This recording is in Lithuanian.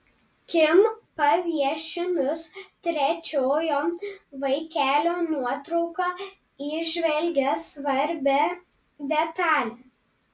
kim paviešinus trečiojo vaikelio nuotrauką įžvelgė svarbią detalę